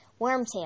Wormtail